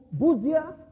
Buzia